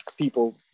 people